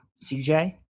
CJ